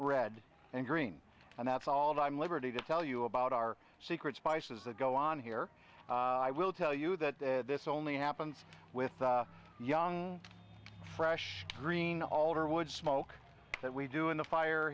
red and green and that's all i'm liberty to tell you about our secret spices that go on here i will tell you that this only happens with young fresh green alder wood smoke that we do in the fire